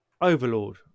Overlord